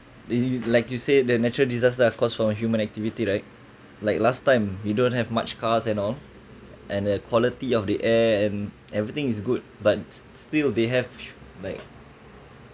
did you like you said the natural disaster are cause from human activity right like last time we don't have much cars and all and the quality of the air and everything is good but s~ still they have like